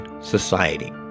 society